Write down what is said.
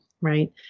right